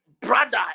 brother